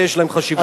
ויש להם חשיבות.